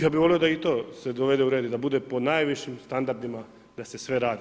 Ja bi volio da i to se dovede u red i da bude po najvišim standardima da se sve radi.